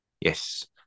Yes